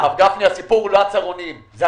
הרב גפני, הסיפור הוא לא הצהרונים אלא הוא